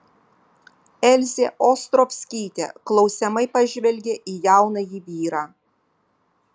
elzė ostrovskytė klausiamai pažvelgė į jaunąjį vyrą